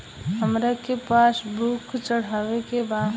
हमरा के पास बुक चढ़ावे के बा?